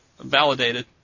validated